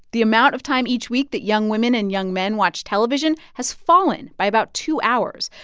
the amount of time each week that young women and young men watch television has fallen by about two hours.